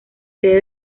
sede